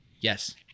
Yes